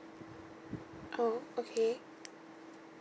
oh okay